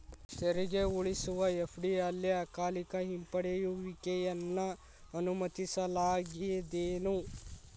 ತೆರಿಗೆ ಉಳಿಸುವ ಎಫ.ಡಿ ಅಲ್ಲೆ ಅಕಾಲಿಕ ಹಿಂಪಡೆಯುವಿಕೆಯನ್ನ ಅನುಮತಿಸಲಾಗೇದೆನು?